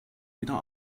wieder